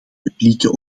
publieke